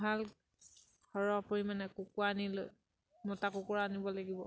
ভাল সৰহ পৰিমাণে কুকুৰা আনি লৈ মতা কুকুৰা আনিব লাগিব